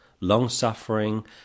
long-suffering